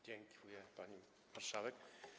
Dziękuję, pani marszałek.